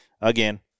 again